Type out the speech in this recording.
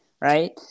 right